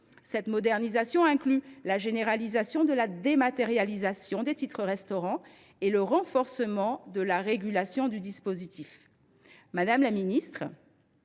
Cette modernisation inclut la généralisation de la dématérialisation des titres restaurant et le renforcement de la régulation du dispositif. Madame la ministre,